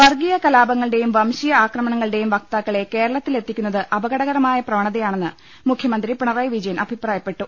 വർഗ്ഗീയ കലാപങ്ങളുടെയും വംശീയ ആക്രമണങ്ങളു ടെയും വക്താക്കളെ കേരളത്തിലെത്തിക്കുന്നത് അപകടക രമായ പ്രവണതയാണെന്ന് മുഖ്യമന്ത്രി പിണറായി വിജയൻ അഭിപ്രായപ്പെട്ടു